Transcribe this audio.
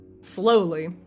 slowly